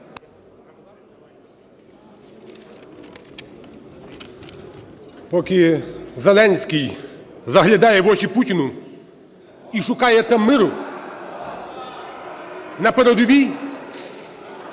Поки Зеленський заглядає в очі Путіну і шукає там миру, на передовій